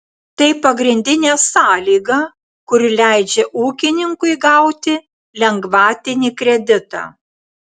tai pagrindinė sąlyga kuri leidžia ūkininkui gauti lengvatinį kreditą